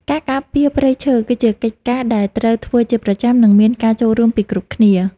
ការការពារព្រៃឈើ គឺជាកិច្ចការដែលត្រូវធ្វើជាប្រចាំ និងមានការចូលរួមពីគ្រប់គ្នា។